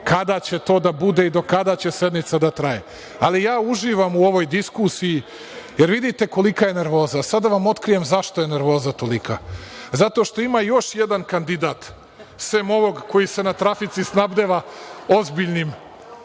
kada će to da bude i do kada će sednica da traje. Ali, ja uživam u ovoj diskusiji. Vidite li kolika je nervoza? Sad da vam otkrijem zašto je nervoza tolika. Zato što ima još jedan kandidat sem ovog koji se na trafici snabdeva ozbiljnim